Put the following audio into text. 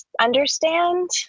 understand